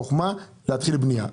חכמה היא להתחיל בנייה.